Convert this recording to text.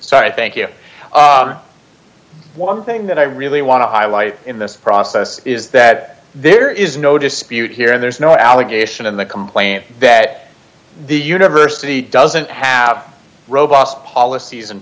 i thank you one thing that i really want to highlight in this process is that there is no dispute here there's no allegation in the complaint that the university doesn't have robots policies and